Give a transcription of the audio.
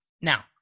Now